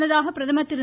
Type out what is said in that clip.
முன்னதாக பிரதமர் திரு